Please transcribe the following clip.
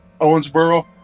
Owensboro